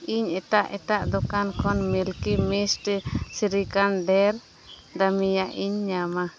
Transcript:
ᱤᱧ ᱮᱴᱟᱜ ᱮᱴᱟᱜ ᱫᱳᱠᱟᱱ ᱠᱷᱚᱱ ᱢᱤᱞᱠᱤ ᱢᱤᱥᱴ ᱥᱨᱤᱠᱷᱚᱸᱰ ᱰᱷᱮᱨ ᱫᱟᱹᱢᱤᱭᱟᱜᱤᱧ ᱧᱟᱢᱟ